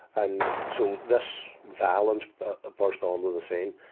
and so, this violent ah burst onto the scene,